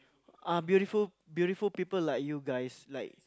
uh beautiful beautiful people like you guys like